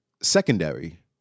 secondary